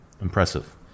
impressive